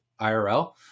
IRL